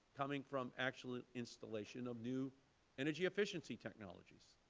coming from actual installation of new energy efficiency technologies.